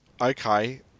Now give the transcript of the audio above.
Okay